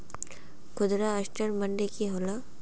खुदरा असटर मंडी की होला?